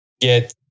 get